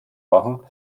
machen